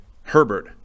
Herbert